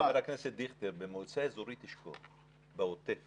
חבר הכנסת דיכטר, במועצה האזורית אשכול, בעוטף